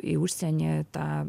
į užsienį tą